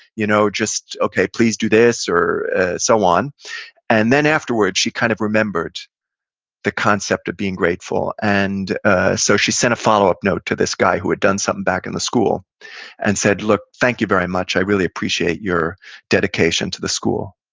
you know just please do this or so on and then afterwards she kind of remembered the concept of being grateful and ah so she sent a follow up note to this guy who had done something back in the school and said, look, thank you very much. i really appreciate your dedication to the school.